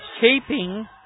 keeping